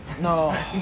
No